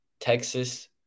Texas